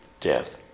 death